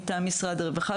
מטעם משרד הרווחה,